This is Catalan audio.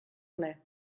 ple